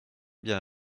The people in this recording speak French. bien